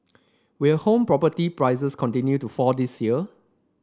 will home property prices continue to fall this year